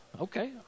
Okay